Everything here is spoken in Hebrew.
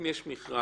אם יש מכרז